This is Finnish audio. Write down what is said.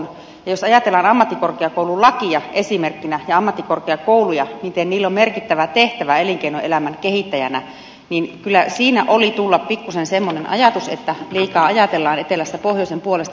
ja jos ajatellaan ammattikorkeakoululakia esimerkkinä ja ammattikorkeakouluja miten niillä on merkittävä tehtävä elinkeinoelämän kehittäjänä niin kyllä siinä oli tulla pikkuisen semmoinen ajatus että liikaa ajatellaan etelässä pohjoisen puolesta